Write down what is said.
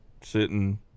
sitting